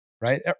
Right